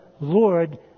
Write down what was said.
Lord